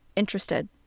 interested